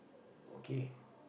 okay